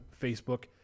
Facebook